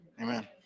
Amen